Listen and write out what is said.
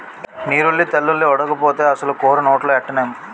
నీరుల్లి తెల్లుల్లి ఓడకపోతే అసలు కూర నోట్లో ఎట్టనేం